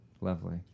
Lovely